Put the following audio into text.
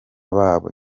babo